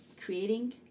creating